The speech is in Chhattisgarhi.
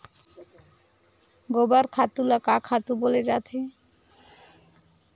गोबर खातु ल का खातु बोले जाथे?